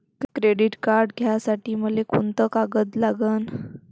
Credit card घ्यासाठी मले कोंते कागद लागन?